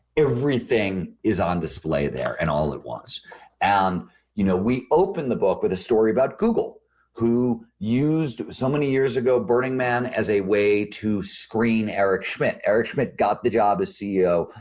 everything is on display there and all at once and you know we open the book with a story about google who used so many years ago, burning man as a way to scream eric schmidt. eric schmidt got the job as ceo,